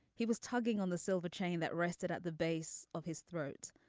he was tugging on the silver chain that rested at the base of his throat.